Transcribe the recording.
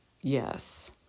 yes